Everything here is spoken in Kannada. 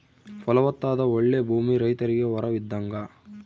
ಫಲವತ್ತಾದ ಓಳ್ಳೆ ಭೂಮಿ ರೈತರಿಗೆ ವರವಿದ್ದಂಗ